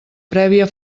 prèvia